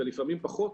ולפעמים פחות,